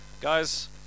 guys